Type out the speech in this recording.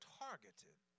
targeted